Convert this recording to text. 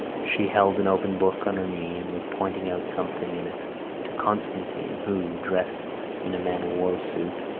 she held an open book on her knees and was pointing out something in it to constantine who, dressed in a man-o-war suit,